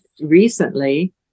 recently